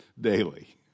daily